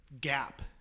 gap